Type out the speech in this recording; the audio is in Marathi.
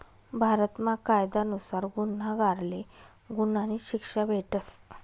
भारतमा कायदा नुसार गुन्हागारले गुन्हानी शिक्षा भेटस